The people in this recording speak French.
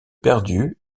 perdus